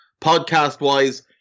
Podcast-wise